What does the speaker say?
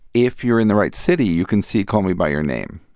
if you're in the right city, you can see call me by your name.